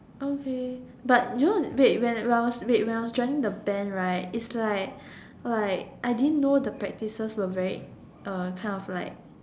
okay but you know wait when I I was wait when I was joining the band right is like like I didn't know the practices were very kind of like